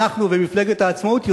אנחנו ומפלגת העצמאות,